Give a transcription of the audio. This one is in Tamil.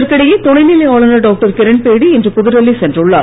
இதற்கிடையே துணைநிலை ஆளுநர் டாக்டர் கிரண்பேடி இன்று புதுடெல்லி சென்றுள்ளார்